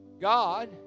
God